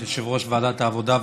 את יושב-ראש ועדת העבודה,